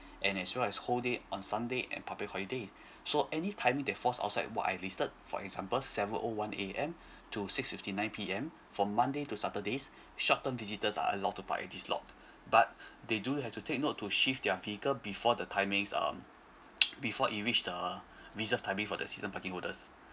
and as well as whole day on sunday and public holiday so any time they falls outside what I listed for example seven o one A_M to six fifty nine P_M for monday to saturdays short term visitors are allowed to park at this lot but they do have to take note to shift their vehicle before the timings um before it reached the reserved timing for the season parking holders